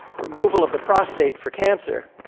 removal of the prostate for cancer,